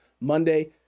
Monday